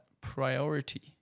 priority